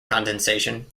condensation